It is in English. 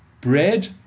bread